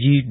G D